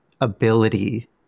ability